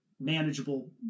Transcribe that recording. manageable